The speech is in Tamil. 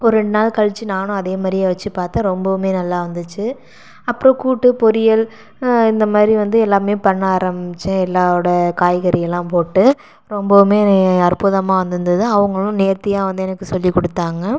ஒரு ரெண்டு நாள் கழிச்சு நானும் அதே மாதிரியே வச்சு பார்த்தேன் ரொம்பவுமே நல்லா வந்துச்சு அப்புறம் கூட்டு பொரியல் இந்த மாதிரி வந்து எல்லாமே பண்ண ஆரமித்தேன் எல்லாரோடய காய்கறி எல்லாம் போட்டு ரொம்பவுமே அற்புதமாக வந்துருந்தது அவர்களும் நேர்த்தியாக வந்து எனக்கு சொல்லி கொடுத்தாங்க